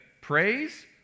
praise